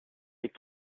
les